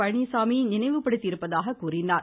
பழனிச்சாமி நினைவுபடுத்தி இருப்பதாக கூறினார்